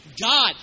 God